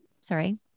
Sorry